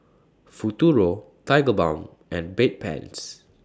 Futuro Tigerbalm and Bedpans